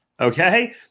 Okay